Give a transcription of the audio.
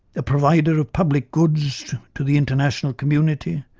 a provider of public goods to the international community,